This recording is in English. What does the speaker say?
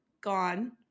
gone